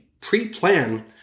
pre-plan